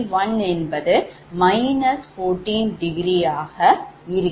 என்பதாகஇருக்கும்